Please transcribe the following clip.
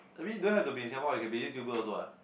I mean don't have to be in Singapore you can be YouTuber also what